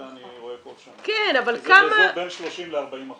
זה אני רואה פה --- זה באזור בין 30% ל-40%,